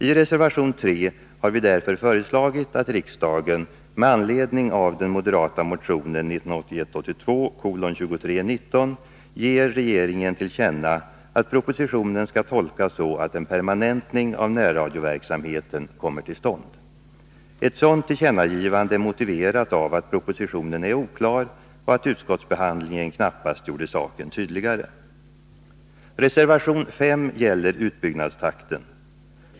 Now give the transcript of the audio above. I reservation 3 har vi därför föreslagit att riksdagen, med anledning av den moderata motionen 1981/82:2319, ger regeringen till känna att propositionen skall tolkas så, att en permanentning av närradioverksamheten kommer till stånd. Ett sådant tillkännagivande är motiverat av att propositionen är oklar och att utskottsbehandlingen knappast gjort saken tydligare. Reservation 5 gäller utbyggnadstakten.